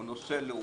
הוא נושא לאומי.